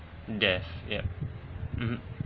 death yup mmhmm